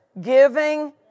giving